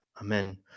Amen